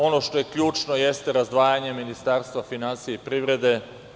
Ono što je ključno, jeste razdvajanje Ministarstva finansija i privrede.